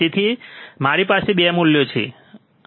તેથી આપણી પાસે 2 મૂલ્યો છે બરાબર